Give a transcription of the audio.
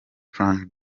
frank